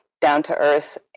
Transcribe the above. down-to-earth